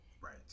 Right